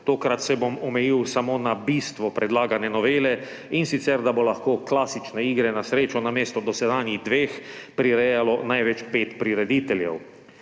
Tokrat se bom omejil samo na bistvo predlagane novele, in sicer da bo lahko klasične igre na srečo namesto dosedanjih dveh prirejalo največ pet prirediteljev.